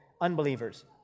unbelievers